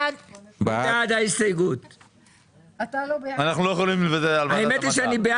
רוויזיה על הסתייגות מספר 4. מי בעד קבלת הרוויזיה?